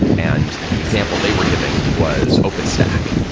and the example they were giving was open stack,